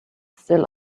still